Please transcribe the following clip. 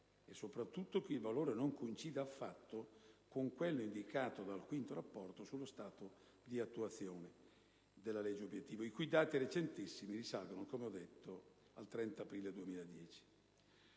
e, soprattutto, che il valore non coincida affatto con quello indicato dal V Rapporto sullo stato di attuazione della legge obiettivo, i cui dati recentissimi risalgono - ripeto - al 30 aprile 2010.